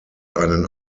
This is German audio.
einen